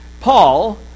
Paul